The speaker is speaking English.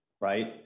right